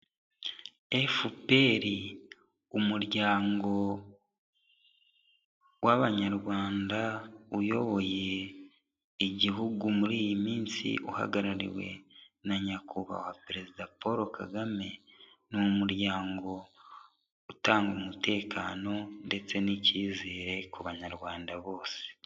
FPR umuryango w'abanyarwanda uyoboye igihugu muri iyi minsi, uhagarariwe na Nyakubahwa Perezida Paul Kagame, ni umuryango utanga umutekano ndetse n'icyizere ku banyarwanda bose.